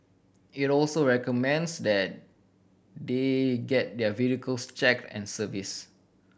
it also recommends that they get their vehicles checked and serviced